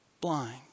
blind